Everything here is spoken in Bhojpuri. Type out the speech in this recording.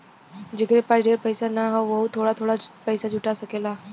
जेकरे पास ढेर पइसा ना हौ वोहू थोड़ा थोड़ा पइसा जुटा सकेला